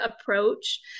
approach